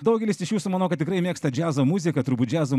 daugelis iš jūsų manau kad tikrai mėgsta džiazo muziką turbūt džiazo